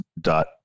dot